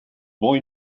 boy